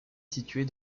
située